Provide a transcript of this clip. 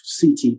CT